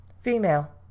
Female